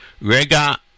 Rega